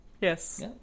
Yes